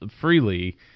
freely